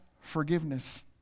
forgiveness